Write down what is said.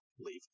Leave